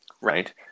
Right